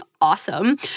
awesome